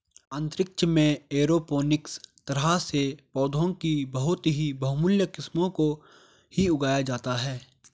अंतरिक्ष में एरोपोनिक्स तरह से पौधों की बहुत ही बहुमूल्य किस्मों को ही उगाया जाता है